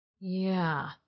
Yeah